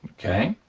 okay?